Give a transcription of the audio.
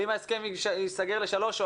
אבל אם ההסכם ייסגר לשלוש שנים,